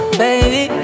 baby